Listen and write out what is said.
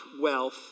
wealth